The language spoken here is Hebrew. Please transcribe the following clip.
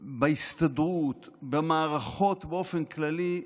בהסתדרות, במערכות באופן כללי,